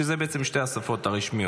שאלו בעצם שתי השפות הרשמיות.